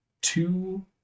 two